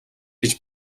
гэж